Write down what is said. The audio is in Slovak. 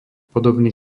podobný